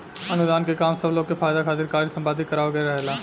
अनुदान के काम सब लोग के फायदा खातिर कार्य संपादित करावे के रहेला